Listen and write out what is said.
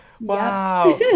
Wow